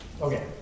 Okay